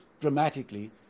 dramatically